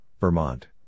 Vermont